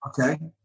Okay